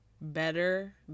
better